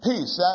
peace